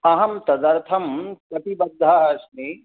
अहं तदर्थं कटीबद्धः अस्मि